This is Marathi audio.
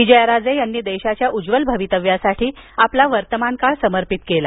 विजयाराजे यांनी देशाच्या उज्ज्वल भवितव्यासाठी आपला वर्तमानकाळ समर्पित केला